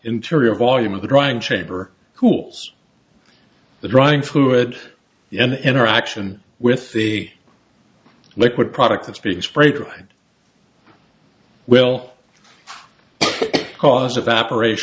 interior volume of the drying chamber cools the drying fluid and interaction with the liquid product that's being sprayed right well cause evaporat